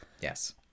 Yes